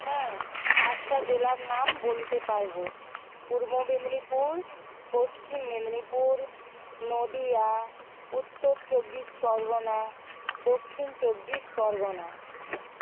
হ্যাঁ পাঁচটা জেলার নাম বলতে পারবো পূর্ব মেদিনীপুর পশ্চিম মেদিনীপুর নদিয়া উত্তর চব্বিশ পরগনা দক্ষিণ চব্বিশ পরগনা